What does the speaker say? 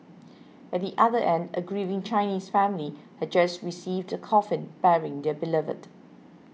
at the other end a grieving Chinese family had just received the coffin bearing their beloved